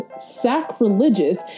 sacrilegious